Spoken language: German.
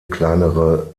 kleinere